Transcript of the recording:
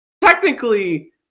technically